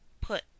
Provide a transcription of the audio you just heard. put